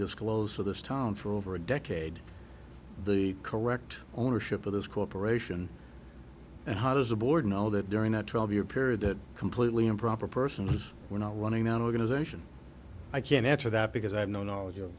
disclose to this town for over a decade the correct ownership of this corporation and how does the board know that during that twelve year period that completely improper person we're not running an organization i can answer that because i have no knowledge of